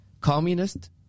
communist